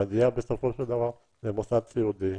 מגיע בסופו של דבר למוסד סיעודי,